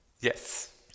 Yes